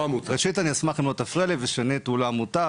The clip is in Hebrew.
ראשית, אשמח אם לא תפריע לי ושנית הוא לא עמותה.